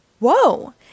Whoa